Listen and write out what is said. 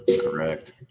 Correct